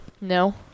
No